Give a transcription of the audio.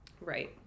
Right